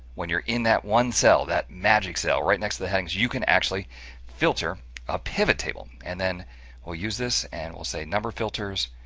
when you're in that one cell, that magic cell right next to the headings, you can actually filter a pivot table, and then we'll use this and we'll say number filters,